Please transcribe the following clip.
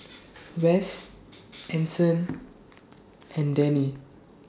Wess Anson and Dennie